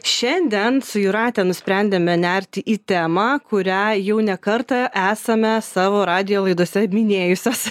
šiandien su jūrate nusprendėme nerti į temą kurią jau ne kartą esame savo radijo laidose minėjusios